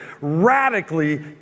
radically